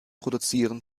produzieren